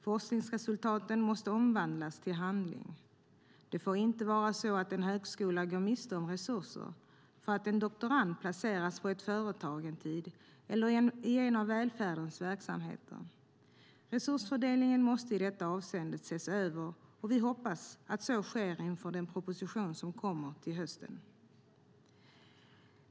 Forskningsresultaten måste omvandlas till handling. Det får inte vara så att en högskola går miste om resurser för att en doktorand placeras på ett företag en tid eller i en av välfärdens verksamheter. Resursfördelningen måste i detta avseende ses över, och vi hoppas att så sker inför den proposition som kommer till hösten.